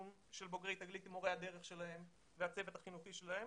של בוגרי תגלית עם מורי הדרך שלהם והצוות החינוכי שלהם.